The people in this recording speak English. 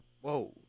Whoa